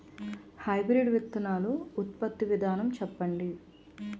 Hybrid విత్తనాలు ఉత్పత్తి విధానం చెప్పండి?